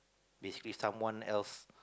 basically someone else